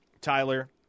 Tyler